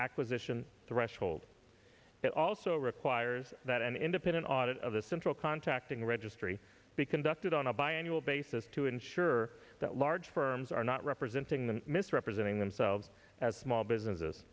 acquisition threshold it also requires that an independent audit of the central contracting registry be conducted on a bi annual basis to ensure that large firms are not representing the misrepresenting themselves as small businesses